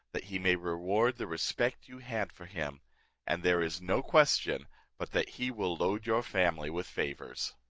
that he may reward the respect you had for him and there is no question but that he will load your family with favours.